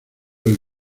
del